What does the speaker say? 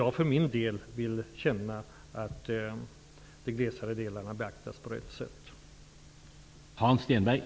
Jag för min del vill också känna att de mer glesbefolkade delarna i landet beaktas på rätt sätt i ett sådant förslag.